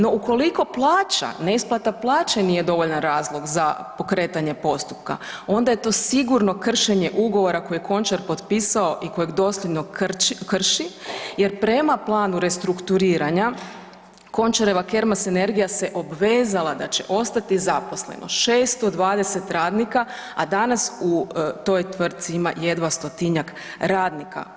No, ukoliko plaća, neisplata plaće nije dovoljan razlog za pokretanje postupka onda je to sigurno kršenje ugovora koji je Končar potpisao i kojeg doslovno krši jer prema planu restrukturiranja Končareva Kermas energija se obvezala da će ostati zaposleno 620 radnika, a danas u toj tvrtci ima jedva 100-tinjak radnika.